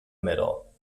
middle